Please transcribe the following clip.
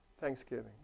Thanksgiving